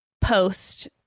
post